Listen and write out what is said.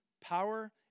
power